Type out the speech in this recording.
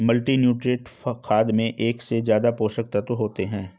multinutrient खाद में एक से ज्यादा पोषक तत्त्व होते है